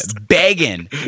Begging